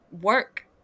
work